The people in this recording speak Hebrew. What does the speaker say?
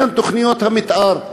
עניין תוכניות המתאר.